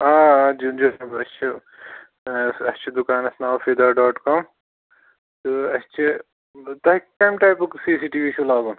آ آ آ جِناب أسۍ چھِ اَسہِ چھُ دُکانَس ناو فِدا ڈاٹ کام تہٕ اَسہِ چھِ تۄہہِ کَمہِ ٹایپُک سی سی ٹی وی چھُو لاگُن